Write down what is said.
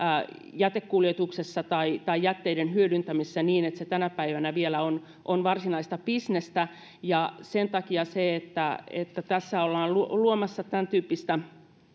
jätekuljetuksessa tai tai jätteiden hyödyntämisessä niin että se tänä päivänä vielä on on varsinaista bisnestä sen takia sen sijaan että tässä ollaan luomassa tämäntyyppistä